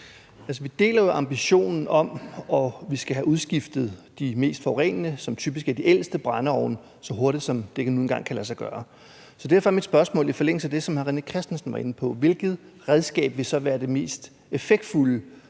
vi deler ambitionen om, at vi skal have udskiftet de mest forurenende – som typisk er de ældste – brændeovne så hurtigt, som det nu engang kan lade sig gøre. Så derfor er mit spørgsmål i forlængelse af det, som hr. René Christensen var inde på: Hvilket redskab vil så være det mest effektfulde